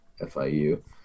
FIU